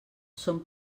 són